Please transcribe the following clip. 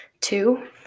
Two